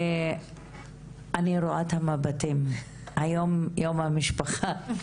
אני רוצה להגיד שהצעת החוק הזו היא מעבר לסעיפים,